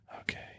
Okay